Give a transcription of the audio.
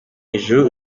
ijuru